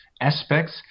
aspects